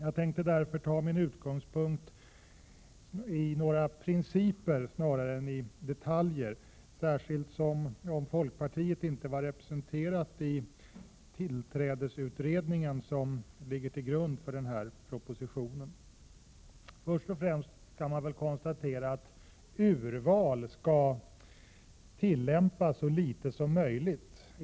Jag tänker ha som utgångspunkt några principer snarare än detaljer, särskilt som folkpartiet inte var representerat i tillträdesutredningen, som ligger till grund för propositionen. Först och främst kan konstateras att urval skall tillämpas så litet som möjligt.